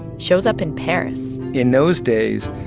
shows up in paris in those days,